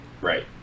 Right